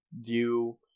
view